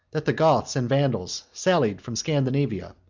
that the goths and vandals sallied from scandinavia,